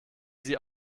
sie